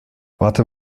wartet